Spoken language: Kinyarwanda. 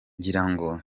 ngirango